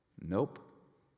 Nope